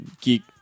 geek